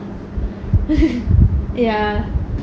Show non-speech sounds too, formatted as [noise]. [laughs] ya